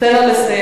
תן לו לסיים.